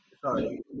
sorry